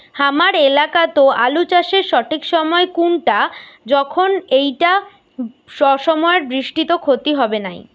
হামার এলাকাত আলু চাষের সঠিক সময় কুনটা যখন এইটা অসময়ের বৃষ্টিত ক্ষতি হবে নাই?